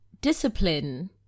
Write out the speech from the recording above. discipline